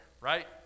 right